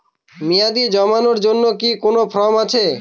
মেয়াদী জমানোর জন্য কি কোন ফর্ম আছে?